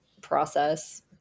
process